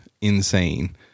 insane